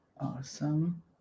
Awesome